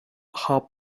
half